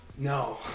No